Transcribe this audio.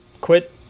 quit